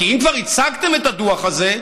כי אם כבר הצגתם את הדוח הזה,